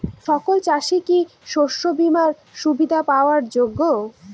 সকল চাষি কি শস্য বিমার সুবিধা পাওয়ার যোগ্য?